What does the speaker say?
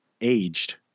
aged